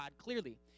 clearly